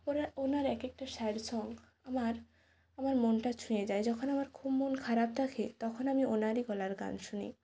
ওনার ওনার এক একটা স্যাড সং আমার আমার মনটা ছুঁয়ে যায় যখন আমার খুব মন খারাপ থাকে তখন আমি ওনারই গলার গান শুনি